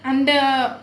and uh